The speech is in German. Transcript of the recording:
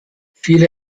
viele